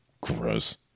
gross